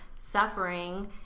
suffering